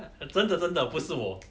真的真的不是我